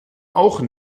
auch